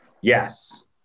Yes